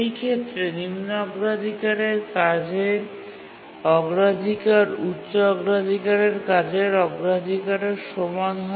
সেই ক্ষেত্রে নিম্ন অগ্রাধিকারের কাজের অগ্রাধিকার উচ্চ অগ্রাধিকারের কাজের অগ্রাধিকারের সমান হয়